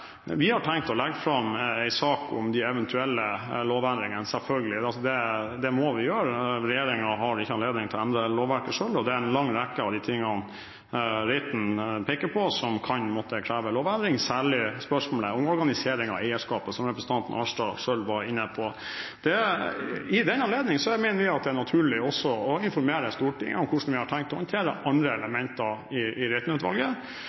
vi har tenkt å legge fram en sak om de eventuelle lovendringene, selvfølgelig. Det må vi gjøre – regjeringen har ikke anledning til å endre lovverket selv, og det er en lang rekke av de tingene Reiten-utvalget peker på, som kan måtte kreve lovendring, særlig spørsmålet om organisering av eierskapet, som representanten Arnstad selv var inne på. I den anledning mener vi det er naturlig også å informere Stortinget om hvordan vi har tenkt å håndtere andre elementer i